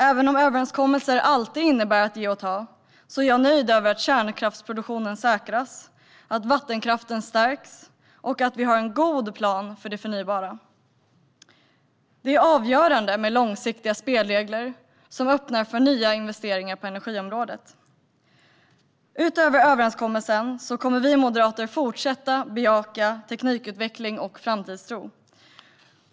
Även om överenskommelser alltid innebär att ge och ta är jag som sagt nöjd med att kärnkraftsproduktionen säkras, att vattenkraften stärks och att vi har en god plan för det förnybara. Det är avgörande med långsiktiga spelregler som öppnar för nya investeringar på energiområdet. Utöver överenskommelsen kommer vi moderater att fortsätta att bejaka teknikutveckling och framtidstro.